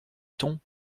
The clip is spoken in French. ton